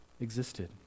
existed